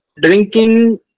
Drinking